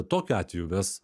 tokiu atveju mes